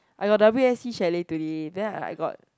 I got r_s_c chalet today then I I got